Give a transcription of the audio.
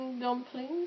dumplings